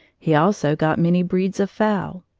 he also got many breeds of fowl.